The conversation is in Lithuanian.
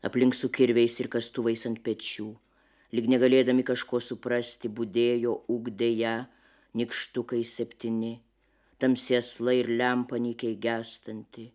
aplink su kirviais ir kastuvais ant pečių lyg negalėdami kažko suprasti budėjo ugdė ją nykštukai septyni tamsi aslai ir lempa nykiai gęstanti